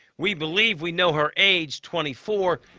we believe we know her age, twenty four.